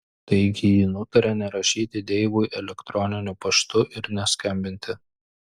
taigi ji nutarė nerašyti deivui elektroniniu paštu ir neskambinti